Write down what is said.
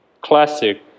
classic